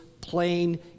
plain